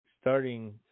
starting